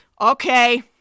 Okay